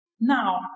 Now